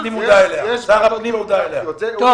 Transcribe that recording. אני רוצה לשאול